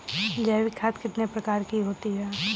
जैविक खाद कितने प्रकार की होती हैं?